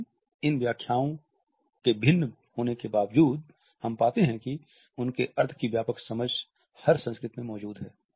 लेकिन इन व्याख्याओं के भिन्न होने के बावजूद हम पाते हैं कि उनके अर्थ की व्यापक समझ हर संस्कृति में मौजूद है